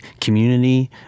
community